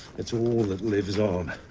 it's all that lives on.